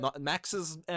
Max's